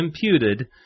imputed